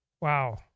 Wow